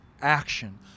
action